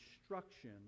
instruction